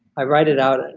i write it out, and